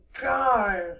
God